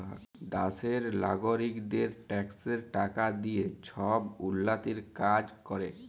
দ্যাশের লগারিকদের ট্যাক্সের টাকা দিঁয়ে ছব উল্ল্যতির কাজ ক্যরে